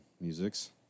musics